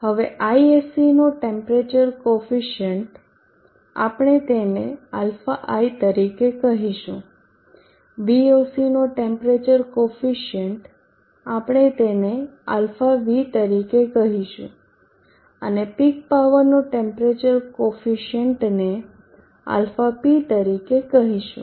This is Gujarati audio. હવે ISC નો ટેમ્પરેચર કોફિસીયન્ટ આપણે તેને αi તરીકે કહીશું VOC નો ટેમ્પરેચર કોફિસીયન્ટ આપણે તેને αv તરીકે કહીશું અને પીક પાવરના ટેમ્પરેચર કોફિસીયન્ટને αp તરીકે કહીશું